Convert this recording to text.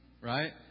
Right